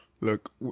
look